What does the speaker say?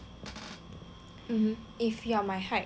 if you are my height